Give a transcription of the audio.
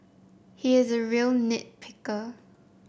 he is a real nit picker